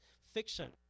fiction